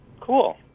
Cool